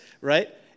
right